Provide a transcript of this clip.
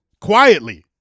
quietly